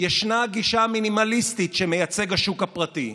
ישנה גישה מינימליסטית, שמייצג השוק הפרטי.